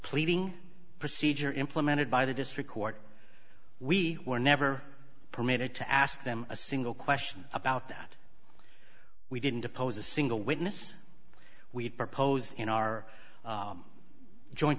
pleading procedure implemented by the district court we were never permitted to ask them a single question about that we didn't oppose a single witness we had proposed in our join